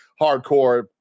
hardcore